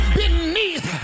beneath